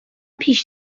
پیش